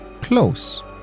close